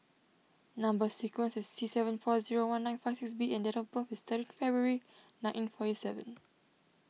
Number Sequence is T seven four zero one nine five six B and date of birth is thirteen February nineteen forty seven